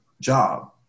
job